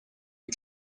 die